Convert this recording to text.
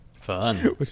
fun